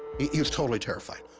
he was totally terrified